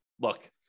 look